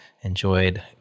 enjoyed